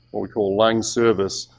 what we call lung service,